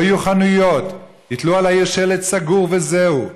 לא יהיו חנויות, יתלו על העיר שלט: 'סגור', וזהו.